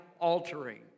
altering